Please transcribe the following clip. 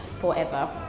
forever